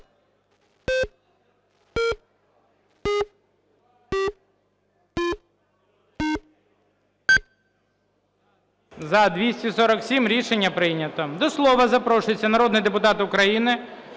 За-247 Рішення прийнято. До слова запрошується народний депутат України